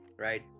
Right